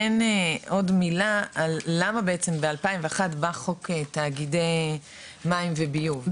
כן עוד מילה למה בעצם ב-2001 בא חוק תאגידי מים וביוב,